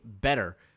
better